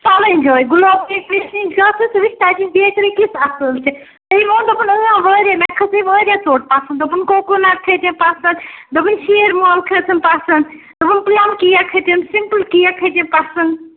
فَلانۍ جایہِ گُلاب بیکریس نِش گژھ ژٕ وٕچھ تَتِچ بیکری کِژھ اَصٕل چھا تٔمۍ ووٚن دوٚپُن اۭں واریاہ مےٚ کھٔژٕے واریاہ ژوٚٹ پَسنٛد دوٚپُن کوکون کھٔتِم پَسنٛد دوٚپُن شیٖر مال کھٔژٕم پَسنٛد دوٚپُن پٕلم کیک کھٔتِم سِمپٕل کیک کھٔتِم پَسنٛد